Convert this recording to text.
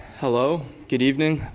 hello. good evening.